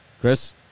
Chris